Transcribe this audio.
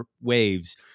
waves